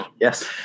Yes